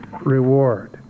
reward